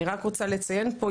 אני רק רוצה לציין פה,